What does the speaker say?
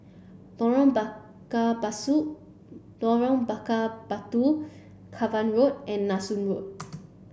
Lorong Bakar Basu Lorong Bakar Batu Cavan Road and Nanson Road